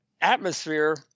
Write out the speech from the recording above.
atmosphere